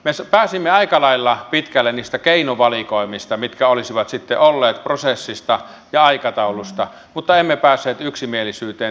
me pääsimme aika lailla pitkälle niissä keinovalikoimissa mitä olisi sitten ollut prosessissa ja aikataulussa mutta emme päässeet yksimielisyyteen tavoitteesta